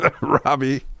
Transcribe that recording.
Robbie